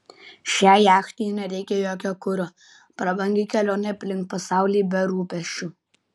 šiai jachtai nereikia jokio kuro prabangi kelionė aplink pasaulį be rūpesčių